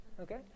Okay